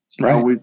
Right